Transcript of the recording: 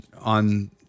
on